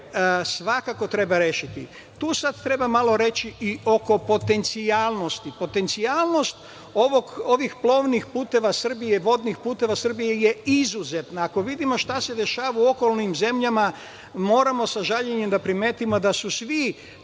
svakako treba rešiti. Tu sada treba malo reći i oko potencijalnosti. Potencijalnost ovih plovnih puteva Srbije, vodnih puteva Srbije je izuzetna. Ako vidimo što se dešava u okolnim zemljama moramo sa žaljenjem da primetimo da su svi